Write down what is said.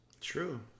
true